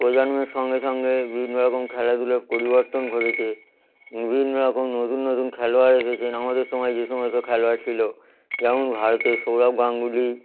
প্রজন্মের সঙ্গে সঙ্গে বিভিন্ন রকম খেলাধুলার পরিবর্তন ঘটেছে বিভিন্ন রকম নতুন নতুন খেলোয়াড় এসেছেন আমাদের সময় যেসমস্ত খেলোয়াড় ছিল যেমন ভারতে সৌরভ গাঙ্গুলী